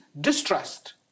distrust